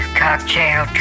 cocktail